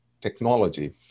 technology